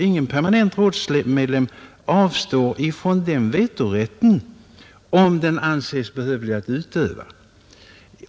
Ingen permanent rådsmedlem avstår från den vetorätten om den anses behövlig att utöva.